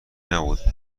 نبود